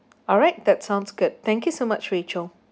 alright that sounds good thank you so much rachel